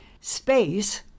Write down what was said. Space